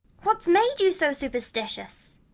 what's made you so superstitious?